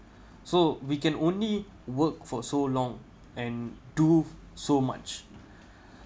so we can only work for so long and do so much